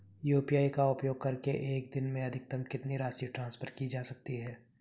UPI का उपयोग करके एक दिन में अधिकतम कितनी राशि ट्रांसफर की जा सकती है?